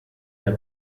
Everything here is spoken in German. der